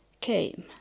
came